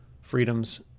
freedoms